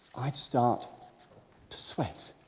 i'd start to sweat